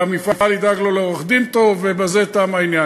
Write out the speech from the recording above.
והמפעל ידאג לו לעורך-דין טוב ובזה תם העניין.